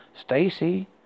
Stacy